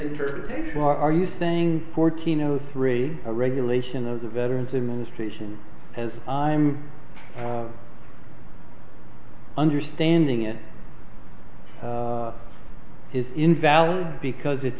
interpretation are you saying fourteen o three a regulation of the veterans administration has i'm understanding it is invalid because it's